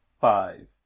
five